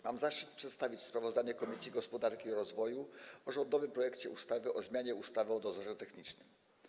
Mam zaszczyt przedstawić sprawozdanie Komisji Gospodarki i Rozwoju o rządowym projekcie ustawy o zmianie ustawy o dozorze technicznym.